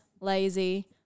lazy